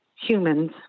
humans